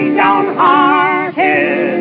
downhearted